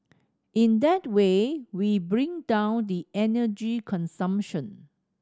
in that way we bring down the energy consumption